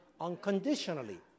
unconditionally